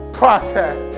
process